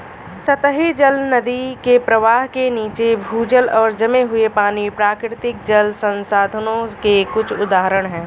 सतही जल, नदी के प्रवाह के नीचे, भूजल और जमे हुए पानी, प्राकृतिक जल संसाधनों के कुछ उदाहरण हैं